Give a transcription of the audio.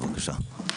בקשה.